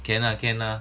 can lah can lah